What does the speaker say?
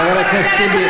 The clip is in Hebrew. חבר הכנסת טיבי.